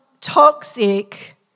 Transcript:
toxic